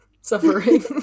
suffering